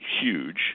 huge